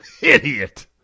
Idiot